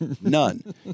None